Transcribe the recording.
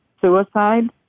suicide